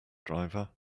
driver